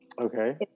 Okay